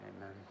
Amen